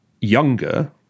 younger